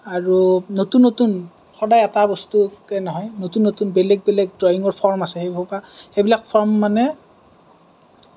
আৰু নতুন নতুন সদায় এটা বস্তুকে নহয় নতুন নতুন বেলেগ বেলেগ ড্ৰয়িঙৰ ফৰ্ম আছে সেইবিলাক ফৰ্ম মানে